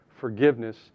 forgiveness